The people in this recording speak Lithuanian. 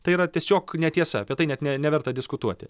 tai yra tiesiog netiesa apie tai net ne neverta diskutuoti